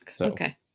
Okay